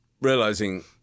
realizing